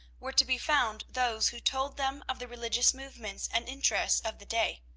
were to be found those who told them of the religious movements and interests of the day.